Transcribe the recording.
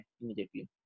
immediately